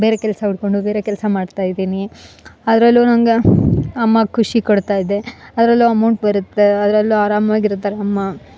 ಬೇರೆ ಕೆಲಸ ಹುಡ್ಕೊಂಡು ಬೇರೆ ಕೆಲಸ ಮಾಡ್ತಾ ಇದ್ದೀ ನಿ ಅದ್ರಲ್ಲೂ ನನಗ ಅಮ್ಮ ಖುಷಿ ಕೊಡ್ತಾ ಇದೆ ಅದರಲ್ಲೂ ಅಮೌಂಟ್ ಬರುತ್ತೆ ಅದರಲ್ಲೂ ಆರಾಮಾಗ ಇರ್ತಾರೆ ಅಮ್ಮ